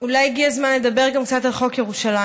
אולי הגיע הזמן לדבר קצת גם על חוק ירושלים.